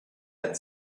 had